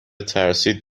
ترسید